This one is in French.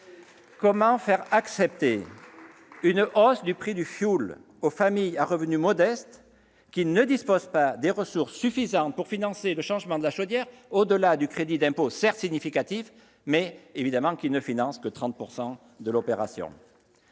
Comment faire accepter une hausse du prix du fioul aux familles à revenus modestes, qui ne disposent pas des ressources suffisantes pour financer le changement de la chaudière au-delà du crédit d'impôt, certes significatif, mais qui ne couvre que 30 % de l'opération ?